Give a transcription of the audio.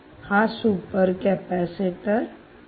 हा super capacitor आहे